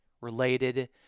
related